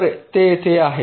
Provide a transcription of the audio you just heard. तर ते येथे आहे